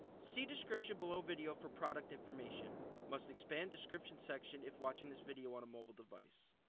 see description below video for product information must expand description section if watching this video on a mobile device.